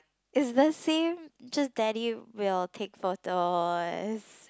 is the same just daddy will take photos